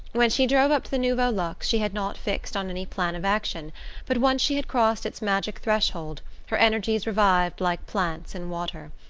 when she drove up to the nouveau luxe she had not fixed on any plan of action but once she had crossed its magic threshold her energies revived like plants in water.